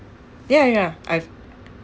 ya ya ya I've